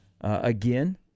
again